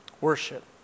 worship